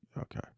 Okay